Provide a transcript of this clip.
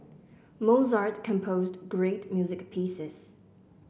Mozart composed great music pieces